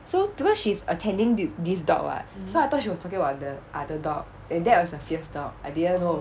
so because she's attending this dog [what] so I thought she was talking about the other dog and that was a fierce dog I didn't know